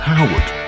Howard